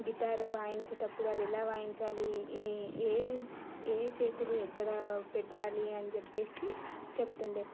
guitar వాయించేటప్పుడు అదెలా వాయించాలి ఏ ఏ ఏ చేతులు ఎక్కడ పెట్టాలి అని చెప్పేసి చెబుతుండే